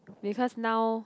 because now